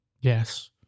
Yes